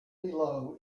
below